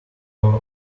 our